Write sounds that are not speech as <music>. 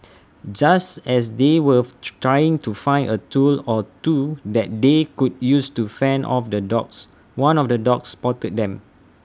just as they were <noise> trying to find A tool or two that they could use to fend off the dogs one of the dogs spotted them